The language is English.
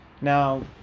now